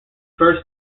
first